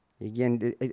Again